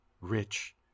rich